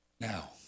Now